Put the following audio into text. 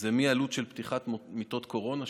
הן מעלות של פתיחת מיטות קורונה,